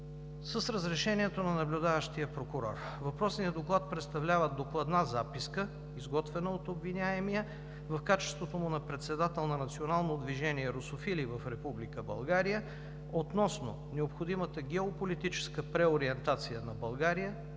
с разрешението на наблюдаващия прокурор. Въпросният доклад представлява докладна записка, изготвена от обвиняемия в качеството му на председател на Национално движение „Русофили“ в Република България относно необходимата геополитическа преориентация на България